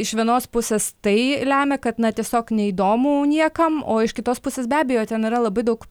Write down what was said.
iš vienos pusės tai lemia kad na tiesiog neįdomu niekam o iš kitos pusės be abejo ten yra labai daug